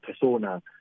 persona